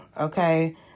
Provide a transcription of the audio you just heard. okay